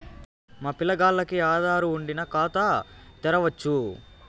మా పిల్లగాల్లకి ఆదారు వుండిన ఖాతా తెరవచ్చు